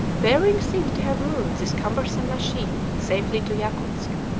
behring seems to have moved this cumbersome machine safely to yakutsk,